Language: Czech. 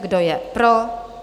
Kdo je pro?